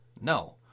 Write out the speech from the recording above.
No